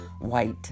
white